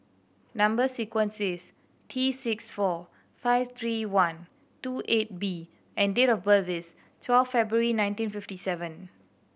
number sequence is T six four five three one two eight B and date of birth is twelve February nineteen fifty seven